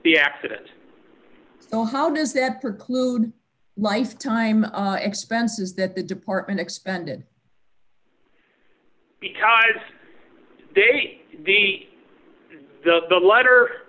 the accident so how does that preclude lifetime expenses that the department expended because they the the the letter